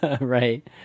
right